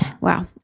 Wow